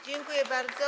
Dziękuję bardzo.